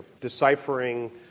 deciphering